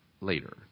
later